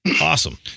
Awesome